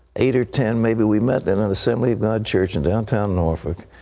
eight or ten, maybe. we met in an assembly of god church in downtown norfolk.